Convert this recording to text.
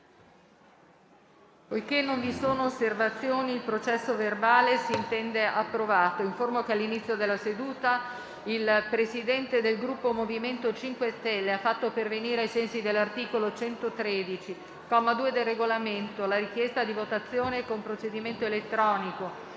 Informo l'Assemblea che all'inizio della seduta il Presidente del Gruppo MoVimento 5 Stelle ha fatto pervenire, ai sensi dell'articolo 113, comma 2, del Regolamento, la richiesta di votazione con procedimento elettronico